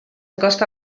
acosta